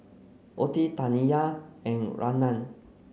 Ottie Taniya and Rayna